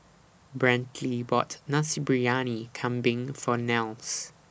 Brantley bought Nasi Briyani Kambing For Nels